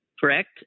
correct